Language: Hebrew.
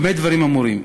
במה דברים אמורים?